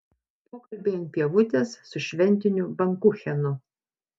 pokalbiai ant pievutės su šventiniu bankuchenu